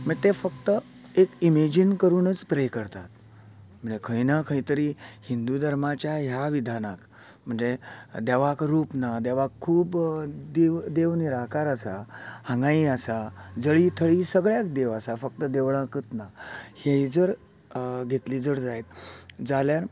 मागीर ते फक्त एक इमॅजीन करुनूच प्रे करतात म्हण्यार खंय ना खंय तरी हिंदू धर्माच्या ह्या विधानाक म्हणजे देवाक रूप ना देवाक खूब देव देव निराकार आसा हांगाय आसा जळी थळी सगळ्याक देव आसा फक्त देवळांकत ना हे जर घेतली जर जायत जाल्यार